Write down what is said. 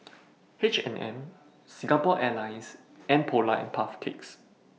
H and M Singapore Airlines and Polar and Puff Cakes